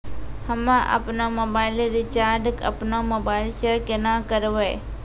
हम्मे आपनौ mobile recharge आपनौ मोबाइल से केना करवै?